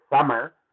summer